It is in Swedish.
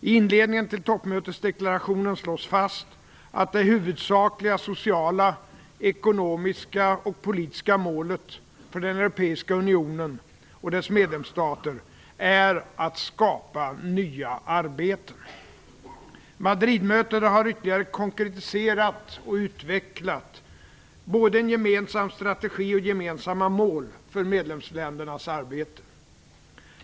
I inledningen till toppmötesdeklarationen slås fast att det huvudsakliga sociala, ekonomiska och politiska målet för den europeiska unionen och dess medlemsstater är att skapa nya arbeten. Madridmötet har ytterligare konkretiserat och utvecklat både en gemensam strategi och gemensamma mål för medlemsländernas arbete.